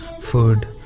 food